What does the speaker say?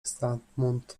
stamtąd